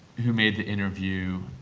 who made the interview.